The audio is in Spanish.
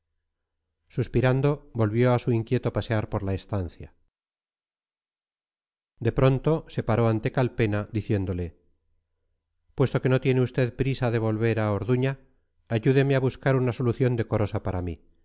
suspirando volvió a su inquieto pasear por la estancia de pronto se paró ante calpena diciéndole puesto que no tiene usted prisa de volver a orduña ayúdeme a buscar una solución decorosa para mí